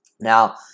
Now